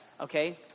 Okay